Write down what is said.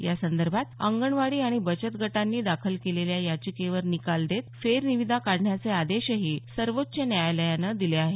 यासंदर्भात अंगणवाडी आणि बचत गटांनी दाखल केलेल्या याचिकेवर निकाल देत फेरनिविदा काढण्याचे आदेशही सर्वोच्च न्यायालयानं दिले आहेत